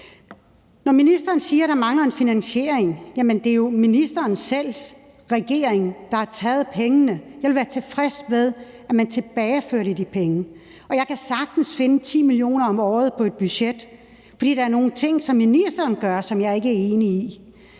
Ministeren siger, at der mangler finansiering. Jamen det er jo ministerens egen regering, der har taget pengene. Jeg ville være tilfreds med, at man tilbageførte de penge, og jeg kan sagtens finde 10 mio. kr. om året på et budget, for der er nogle ting, som ministeren gør, som jeg ikke er enig i,